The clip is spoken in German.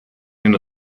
den